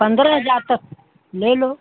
पंद्रह हज़ार तक ले लो